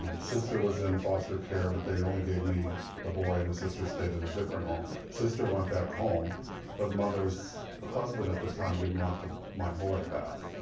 sister was in foster care but they only gave me the boy and the sister stayed in a different home. sister went back home but mother's husband at the time didn't want my boy back.